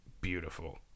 beautiful